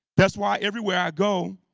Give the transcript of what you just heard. that's why everywhere i go